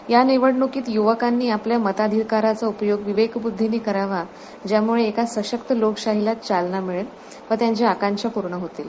या निवडण्कीत य्वकांनी आपल्या मताधिकाराचा उपयोग विवेकब्दधीने करावा ज्यामूळे एका सशक्त लोकशाहीला चालना मिळेल व त्यांच्या आकांक्षा प्र्ण होतील